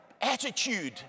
Attitude